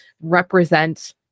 represent